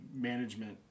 management